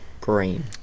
Green